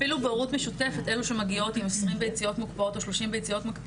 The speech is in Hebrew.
אפילו בהורות משותפת אלה שמגיעות עם 20 ביציות מוקפאות או 30 ביציות,